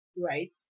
right